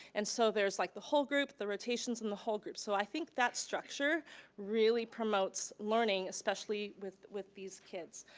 and so, there's like the whole group, the rotations, and the whole group. so i think that structure really promotes learning, especially with with these kids.